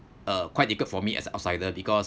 uh quite difficult for me as a outsider because